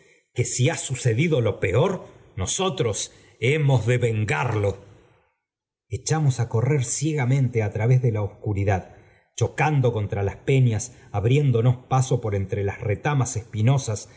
que si ha sucedido lo peor nosotros hemos de vengarlo echamos a correr ciegamente a través de la obscuridad chocando contra las peñas abriéndonos paso por entre las retamas espinosas